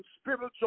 spiritual